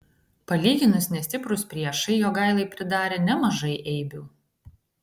palyginus nestiprūs priešai jogailai pridarė nemažai eibių